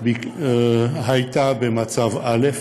הייתה במצב א',